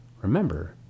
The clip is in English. remember